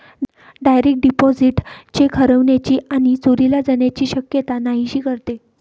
direct deposit cheque हरवण्याची आणि चोरीला जाण्याची शक्यता नाहीशी करते